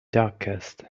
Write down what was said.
darkest